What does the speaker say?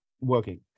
working